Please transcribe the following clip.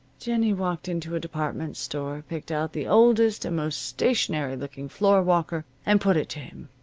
jennie walked into a department store, picked out the oldest and most stationary looking floorwalker, and put it to him.